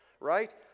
right